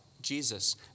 Jesus